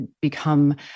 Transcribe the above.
become